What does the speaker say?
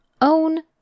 own